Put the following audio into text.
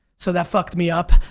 so that fucked me up.